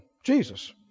Jesus